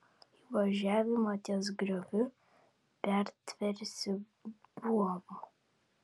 įvažiavimą ties grioviu pertversiu buomu